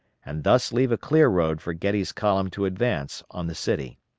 and thus leave a clear road for getty's column to advance on the city.